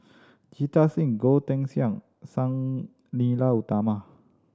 Jita Singh Goh Teck Sian Sang Nila Utama